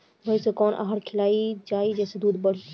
भइस के कवन आहार खिलाई जेसे दूध बढ़ी?